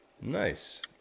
nice